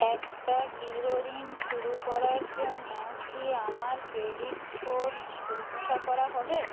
একটা গৃহঋণ শুরু করার জন্য কি আমার ক্রেডিট স্কোর পরীক্ষা করা হবে